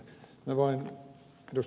minä voin ed